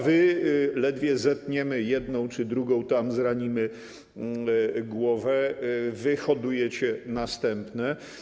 Wy, ledwie zetniemy jedną czy drugą zranimy głowę, wyhodujecie następne.